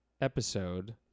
Episode